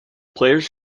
players